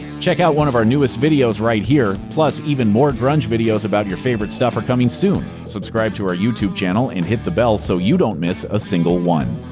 check out one of our newest videos right here! plus, even more grunge videos about your favorite stuff are coming soon. subscribe to our youtube channel and hit the bell so you don't miss a single one.